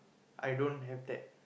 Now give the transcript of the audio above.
I don't have that